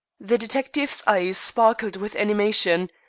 the detective's eyes sparkled with animation.